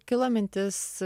kilo mintis